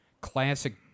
classic